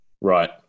Right